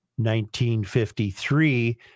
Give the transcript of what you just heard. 1953